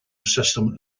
system